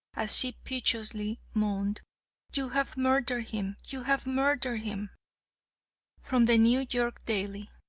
as she piteously moaned you have murdered him. you have murdered him from the new york daily.